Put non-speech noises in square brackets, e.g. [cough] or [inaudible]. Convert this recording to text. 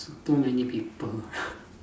t~ too many people [breath]